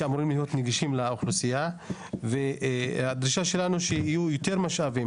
אמורים להיות נגישים לאוכלוסייה והדרישה שלנו היא שיהיו יותר משאבים,